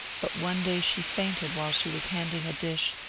but one day she fainted while she was handing a dish,